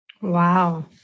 Wow